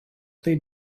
they